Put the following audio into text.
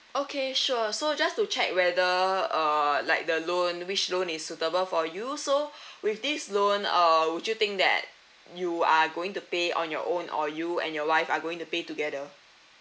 okay sure so just to check whether err like the loan which loan is suitable for you so with this loan err would you think that you are going to pay on your own or you and your wife are going to pay together